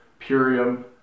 Purium